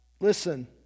Listen